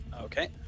Okay